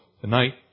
tonight